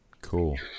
Cool